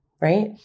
right